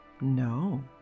No